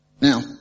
Now